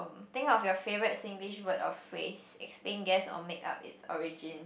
think of your favorite Singlish word or phrase explain guess or make up its origins